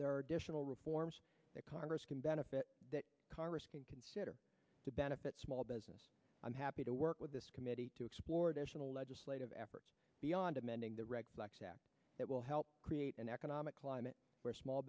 are additional reforms that congress can benefit that congress can consider to benefit small business i'm happy to work with this committee to explore additional legislative efforts beyond amending the regs that will help create an economic climate where small